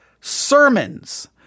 sermons